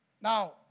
Now